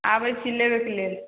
अबै छी लेबैके लेल